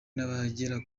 n’abagera